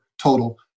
total